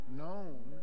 known